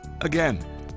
Again